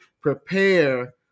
prepare